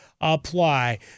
Apply